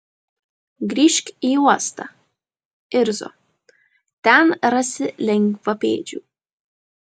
grįžk į uostą irzo ten rasi lengvapėdžių